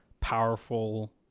powerful